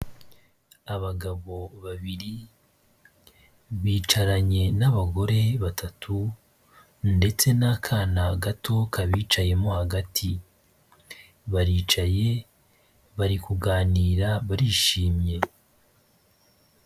Abagabo babiri bicaranye n'abagore batatu ndetse n'akana gato kabicayemo hagati, baricaye bari kuganira barishimye.